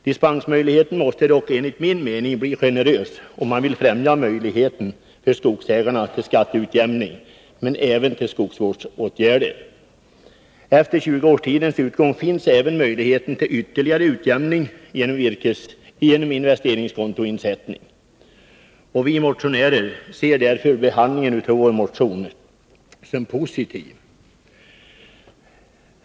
Dispensmöjligheten måste dock enligt min mening bli generös, om man vill främja skogsägarnas möjligheter till skatteutjämning och även till skogsvårdsåtgärder. Efter 20-årsperiodens utgång finns möjlighet till ytterligare utjämning genom investeringskontoinsättning. Vi motionärer ser därför positivt på behandlingen av vår motion.